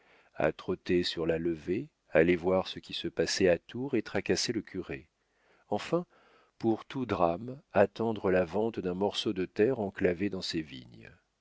trotter sur la levée aller voir ce qui se passait à tours et tracasser le curé enfin pour tout drame attendre la vente d'un morceau de terre enclavé dans ses vignes